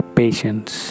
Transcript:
patience